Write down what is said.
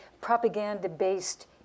propaganda-based